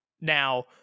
Now